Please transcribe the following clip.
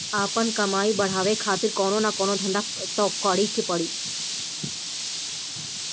आपन कमाई बढ़ावे खातिर कवनो न कवनो धंधा तअ करीए के पड़ी